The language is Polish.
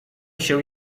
się